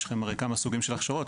יש לכם הרי כמה סוגים של הכשרות,